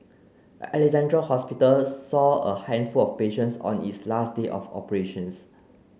Alexandra Hospital saw a handful of patients on its last day of operations